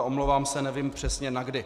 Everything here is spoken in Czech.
Omlouvám se, nevím přesně na kdy.